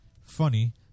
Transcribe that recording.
Funny